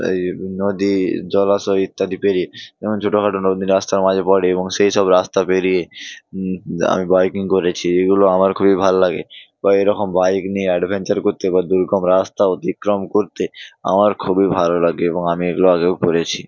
এই নদী জলাশয় ইত্যাদি পেরিয়ে যেমন ছোটো খাটো নদী রাস্তার মাঝে পড়ে এবং সেই সব রাস্তা পেরিয়ে আমি বাইকিং করেছি এগুলো আমার খুবই ভাল লাগে বা এরকম বাইক নিয়ে অ্যাডভেঞ্চার করতে বা দুর্গম রাস্তা অতিক্রম করতে আমার খুবই ভালো লাগে এবং আমি এগুলো আগেও করেছি